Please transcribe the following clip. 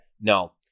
No